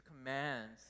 commands